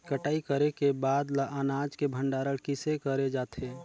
कटाई करे के बाद ल अनाज के भंडारण किसे करे जाथे?